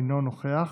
אינו נוכח,